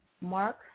Mark